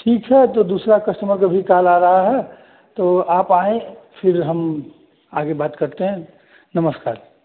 ठीक है तो दूसरा कस्टमर भी अभी काल आ रहा है तो आप आएँ फिर हम आगे बात करते हैं नमस्कार